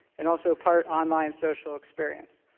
and also part online social experience.